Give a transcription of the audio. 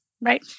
Right